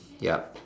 yup